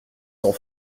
sans